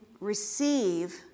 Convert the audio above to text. receive